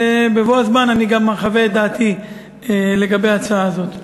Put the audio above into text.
ובבוא הזמן אני גם אחווה דעתי לגבי ההצעה הזאת.